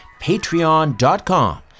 patreon.com